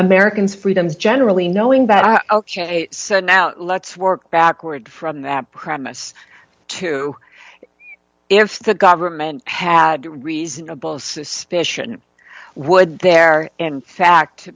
americans freedoms generally knowing that i said now let's work backward from that premise to if the government had reasonable suspicion would there in fact